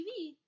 TV